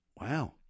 Wow